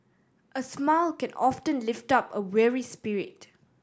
a smile can often lift up a weary spirit